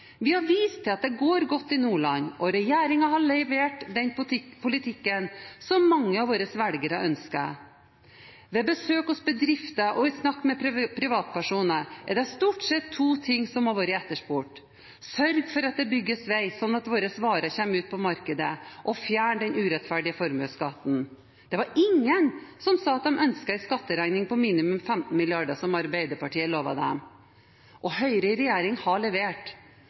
Vi har vist til at det går godt i Nordland, og regjeringen har levert den politikken som mange av våre velgere ønsker. Ved besøk hos bedrifter og i snakk med privatpersoner er det stort sett to ting som har vært etterspurt: sørg for at det bygges vei, slik at våre varer kommer ut på markedet, og fjern den urettferdige formuesskatten. Det var ingen som sa at de ønsket en skatteregning på minimum 15 mrd. kr, som Arbeiderpartiet lovet dem. Høyre i regjering har levert.